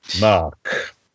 Mark